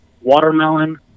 watermelon